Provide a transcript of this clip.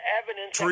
evidence